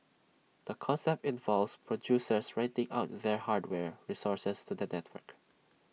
the concept involves producers renting out their hardware resources to the network